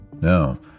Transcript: No